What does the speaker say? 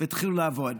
והתחילו לעבוד.